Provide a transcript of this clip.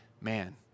man